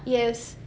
yes